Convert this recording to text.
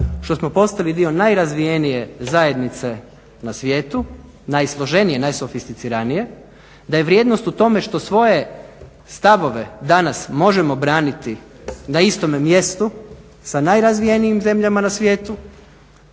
što smo postali dio najrazvijenije zajednice na svijetu, najsloženije, najsofisticiranije, da je vrijednost u tome što svoje stavove danas možemo braniti na istome mjestu sa najrazvijenijim zemljama na svijetu,